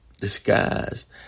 disguised